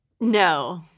No